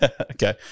Okay